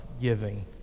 giving